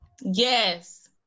Yes